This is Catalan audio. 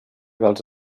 dels